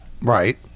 Right